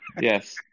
Yes